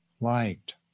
liked